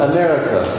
America